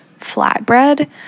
flatbread